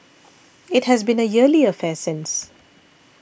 it has been a yearly affair since